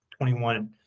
21